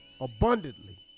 abundantly